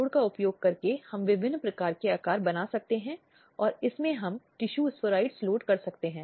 और यह कानून के किसी भी उद्देश्य की पूर्ति नहीं करेगा यदि वे मुक्त हो जाते हैं तो वे बहकाने वाली हो सकती हैं या वे पूरी प्रक्रिया में अपराधी भी हो सकती हैं